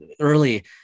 early